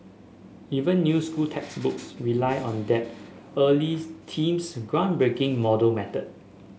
even new school textbooks rely on that early team's groundbreaking model method